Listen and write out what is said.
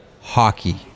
Hockey